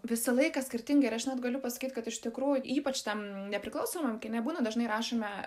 visą laiką skirtingi ir aš net galiu pasakyt kad iš tikrųjų ypač tam nepriklausomam kine būna dažnai rašomi